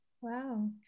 Wow